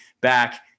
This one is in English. back